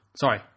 Sorry